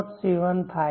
707 થાય છે